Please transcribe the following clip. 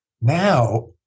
Now